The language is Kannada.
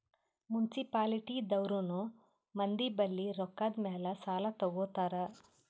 ಮುನ್ಸಿಪಾಲಿಟಿ ದವ್ರನು ಮಂದಿ ಬಲ್ಲಿ ರೊಕ್ಕಾದ್ ಮ್ಯಾಲ್ ಸಾಲಾ ತಗೋತಾರ್